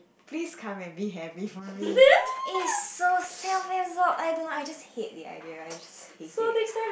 please come and be happy for me it's so self absorbed and you know I just hate the idea I just hate it